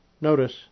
Notice